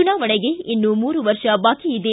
ಚುನಾವಣೆಗೆ ಇನ್ನು ಮೂರು ವರ್ಷ ಬಾಕಿ ಇದೆ